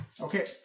Okay